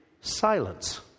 silence